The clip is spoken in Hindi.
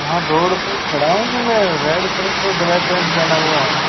हाँ रोड पर ही खड़ा हूँ मैंने रेड शर्ट और ब्लैक पैंट पहना हुआ है